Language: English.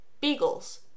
Beagles